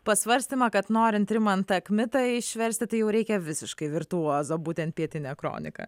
pasvarstymą kad norint rimantą kmitą išversti tai jau reikia visiškai virtuozo būtent pietinę kroniką